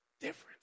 Difference